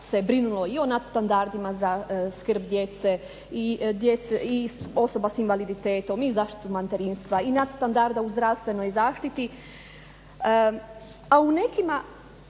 se brinulo i o nad standardima za skrb djece i osoba s invaliditetom i zaštitu materinstva u zdravstvenoj zaštiti, a u nekima